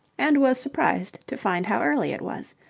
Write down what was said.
and was surprised to find how early it was.